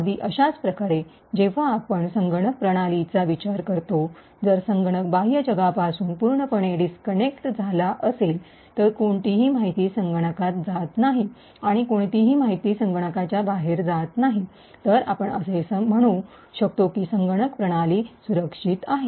अगदी अशाच प्रकारे जेव्हा आपण संगणक प्रणालींचा विचार करतो जर संगणक बाह्य जगापासून पूर्णपणे डिस्कनेक्ट झाला असेल तर कोणतीही माहिती संगणकात जात नाही आणि कोणतीही माहिती संगणकाच्या बाहेर जात नाही तर आपण असे म्हणू शकतो की संगणक प्रणाली सुरक्षित आहे